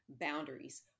boundaries